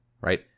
right